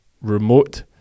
remote